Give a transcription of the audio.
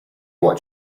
what